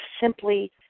simply